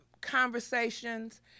conversations